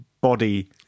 body